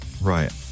Right